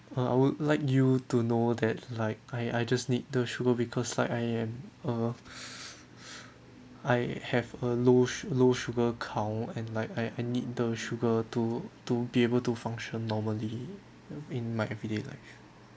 uh I would like you to know that like I I just need the sugar because like I am uh I have a low su~ low sugar count and like I I need the sugar to to be able to function normally in my everyday life